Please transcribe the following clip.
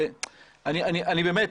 אני באמת,